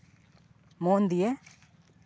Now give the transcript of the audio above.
ᱢᱚᱱ ᱫᱤᱭᱮ